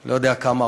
לא יודע כמה,